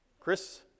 Chris